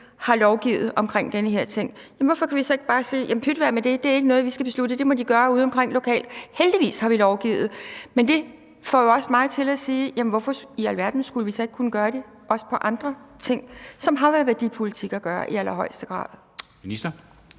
lovgivet om de her ting herinde, men hvorfor kan vi så ikke bare sige: Pyt med det, det er ikke noget, vi skal beslutte – det må de gøre udeomkring lokalt? Heldigvis har vi lovgivet på området, men det får jo også mig til at sige: Hvorfor i alverden skulle vi så ikke også kunne gøre det på andre områder, som i allerhøjeste grad har